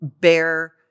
bear